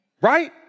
Right